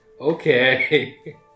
Okay